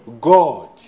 God